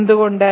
എന്തുകൊണ്ട്